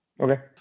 Okay